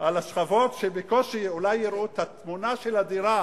על השכבות שאולי יראו את התמונה של הדירה